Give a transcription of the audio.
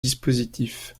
dispositif